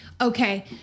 okay